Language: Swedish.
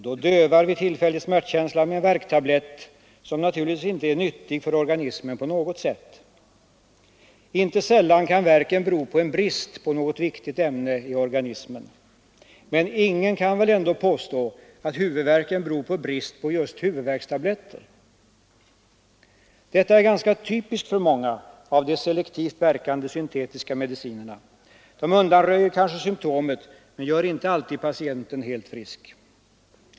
Då dövar vi tillfälligt smärtkänslan med en värktablett, som naturligtvis inte på något sätt är nyttig för organismen. Inte sällan kan värken bero på brist på något viktigt ämne i organismen. Men ingen kan väl ändå påstå att huvudvärken beror på brist på just huvudvärkstabletter. Detta är ganska typiskt för många av de selektivt verkande syntetiska medicinerna. De undanröjer kanske symtomet men gör inte alltid patienten helt frisk.